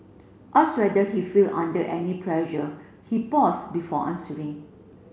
ask whether he feel under any pressure he pause before answering